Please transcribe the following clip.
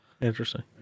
Interesting